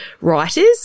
writers